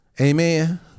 Amen